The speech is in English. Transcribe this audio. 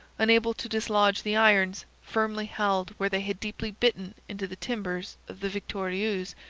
unable to dislodge the irons, firmly held where they had deeply bitten into the timbers of the victorieuse,